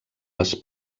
les